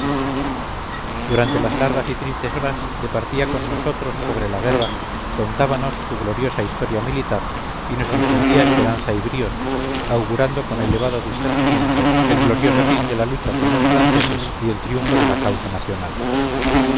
durante las largas y tristes horas departía con nosotros sobre la guerra contábanos su gloriosa historia militar y nos infundía esperanza y bríos augurando con elevado discernimiento el glorioso fin de la lucha con los franceses y el triunfo de la causa nacional